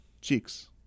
Cheeks